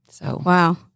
Wow